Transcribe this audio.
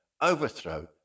overthrow